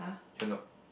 cannot